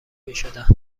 میشدن